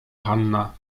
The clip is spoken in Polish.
hanna